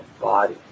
body